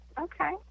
Okay